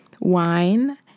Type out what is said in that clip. wine